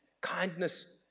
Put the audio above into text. Kindness